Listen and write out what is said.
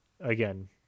Again